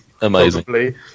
Amazing